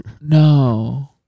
No